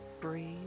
Breathe